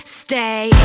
stay